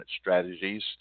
strategies